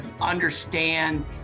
understand